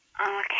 Okay